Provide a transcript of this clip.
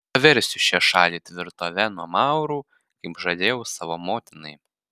paversiu šią šalį tvirtove nuo maurų kaip žadėjau savo motinai